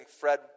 Fred